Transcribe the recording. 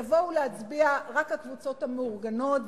יבואו להצביע רק הקבוצות המאורגנות,